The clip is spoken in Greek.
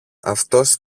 αυτός